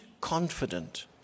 confident